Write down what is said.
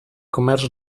comerç